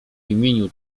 imieniu